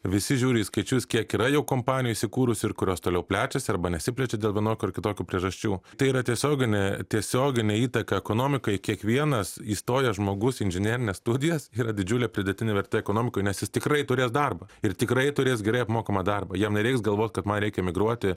visi žiūri į skaičius kiek yra jau kompanijų įsikūrusių ir kurios toliau plečiasi arba nesiplečia dėl vienokių ar kitokių priežasčių tai yra tiesioginė tiesioginė įtaka ekonomikai kiekvienas įstojęs žmogus į inžinerines studijas yra didžiulė pridėtinė vertė ekonomikoje nes jis tikrai turės darbą ir tikrai turės gerai apmokamą darbą jam nereiks galvoti kad man reikia emigruoti